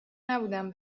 نبودم